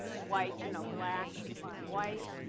white you know black on white.